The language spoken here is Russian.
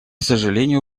сожалению